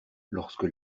lorsque